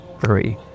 three